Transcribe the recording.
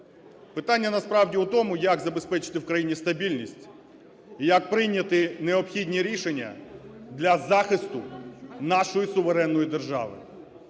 Питання насправді в тому, як забезпечити в країні стабільність і як прийняти необхідні рішення для захисту нашої суверенної держави.